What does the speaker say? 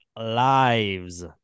lives